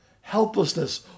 Helplessness